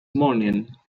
morning